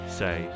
say